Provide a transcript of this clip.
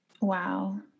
Wow